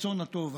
הרצון הטוב,